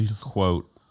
quote